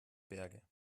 berge